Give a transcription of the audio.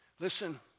Listen